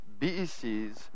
BECs